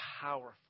powerful